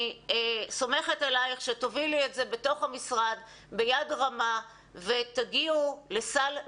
אני סומכת עלייך שתובילי את זה בתוך המשרד ביד רמה ותגיעו לסל לאור,